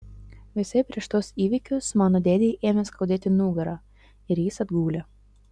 visai prieš tuos įvykius mano dėdei ėmė skaudėti nugarą ir jis atgulė